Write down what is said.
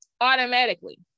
Automatically